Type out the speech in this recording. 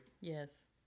Yes